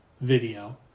video